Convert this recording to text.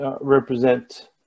represent